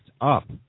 up